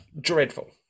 Dreadful